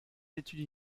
études